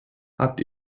habt